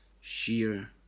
sheer